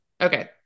okay